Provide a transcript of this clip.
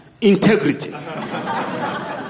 integrity